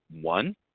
one